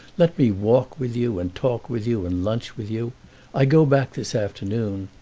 let me walk with you and talk with you and lunch with you i go back this afternoon.